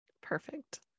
Perfect